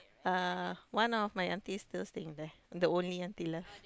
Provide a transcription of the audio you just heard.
uh one of my aunty is still staying there the only aunty left